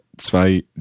zwei